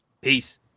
Peace